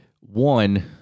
one